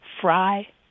Fry